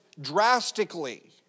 drastically